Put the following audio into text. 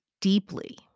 deeply